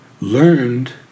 learned